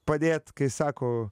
padėt kai sako